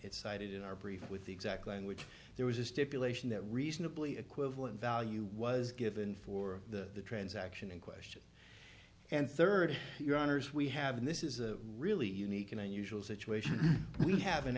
cited in our brief with the exact language there was a stipulation that reasonably equivalent value was given for the transaction in question and third your honors we have this is a really unique and unusual situation we have an